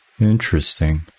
Interesting